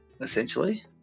essentially